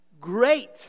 Great